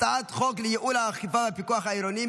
הצעת חוק לייעול האכיפה והפיקוח העירוניים